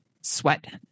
sweat